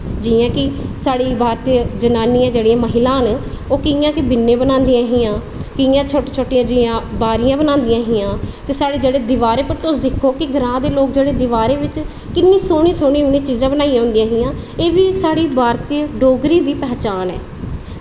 जियां की साढ़ी भारतीय जनानियां जेह्ड़ियां महिलां न ओह् कियां क बिन्ने बनांदियां हियां कियां कियां छोटी छोटी बाहरियां बनांदियां हियां ते तुस साढ़े दिवारें च दिक्खो की साढ़े जेह्ड़े दिवारें बिच किन्नी सोह्नी सोह्नी उनें चीज़ां बनाई दियां होंदियां हियां एह्बी साढ़ी भारतीय डोगरी दी पहचान ऐ